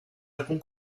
alcun